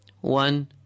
One